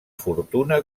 fortuna